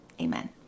amen